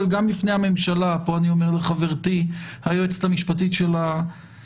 אבל גם בפני הממשלה פה אני אומר לחברתי היועצת המשפטית של המשרד